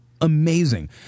amazing